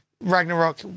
Ragnarok